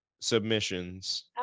submissions